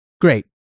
great